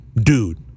dude